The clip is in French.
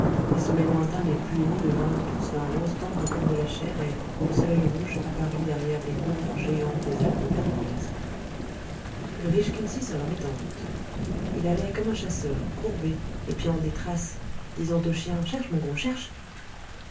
les sommets lointains les plus hauts devinrent tous d'un rose tendre comme de la chair et le soleil rouge apparut derrière les lourds géants des alpes bernoises ulrich kunsi se remit en route il allait comme un chasseur courbé épiant des traces disant au chien cherche mon gros cherche